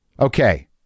okay